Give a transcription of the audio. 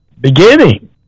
beginning